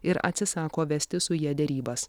ir atsisako vesti su ja derybas